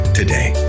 today